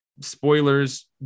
spoilers